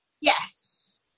yes